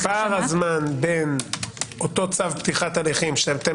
זה פער הזמן בין אותו צו פתיחת הליכים שאתם